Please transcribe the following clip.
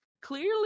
Clearly